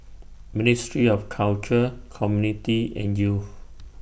Ministry of Culture Community and Youth